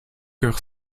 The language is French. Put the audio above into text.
cœur